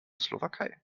slowakei